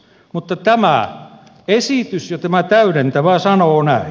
mutta tämä esitys ja tämä täydentävä sanoo näin